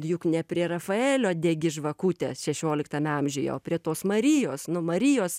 juk ne prie rafaelio degi žvakutes šešioliktame amžiuje o prie tos marijos nu marijos